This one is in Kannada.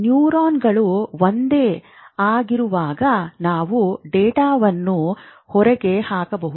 ನ್ಯೂರಾನ್ಗಳು ಒಂದೇ ಆಗಿರುವಾಗ ನಾವು ಡೇಟಾವನ್ನು ಹೊರತೆಗೆಯಬಹುದು